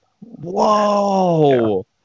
Whoa